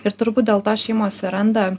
ir turbūt dėl to šeimos ir randa